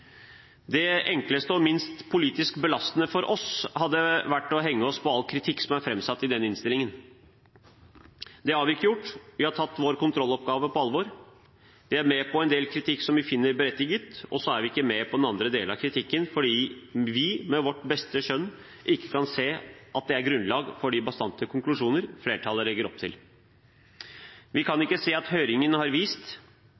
Det enkleste og minst politisk belastende for oss hadde vært å henge oss på all kritikk som er framsatt i denne innstillingen. Det har vi ikke gjort. Vi har tatt vår kontrolloppgave på alvor. Vi er med på en del kritikk som vi finner berettiget, og så er vi ikke med på andre deler av kritikken fordi vi med vårt beste skjønn ikke kan se at det er grunnlag for de bastante konklusjoner flertallet legger opp til. Vi kan ikke se at høringen har vist